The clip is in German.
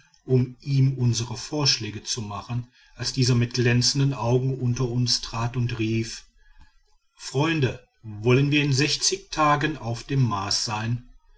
um ihm unsre vorschläge zu machen als dieser mit glänzenden augen unter uns trat und rief freunde wollen wir in sechzig tagen auf dem mars sein